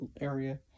area